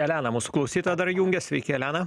elena mūsų klausytoja dar jungias sveiki elena